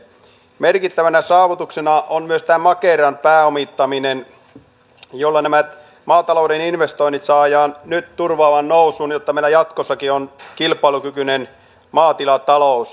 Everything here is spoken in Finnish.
merkittävänä saavutuksena on myös tämä makeran pääomittaminen jolla nämä maatalouden investoinnit saadaan nyt turvattua nousuun jotta meillä jatkossakin on kilpailukykyinen maatilatalous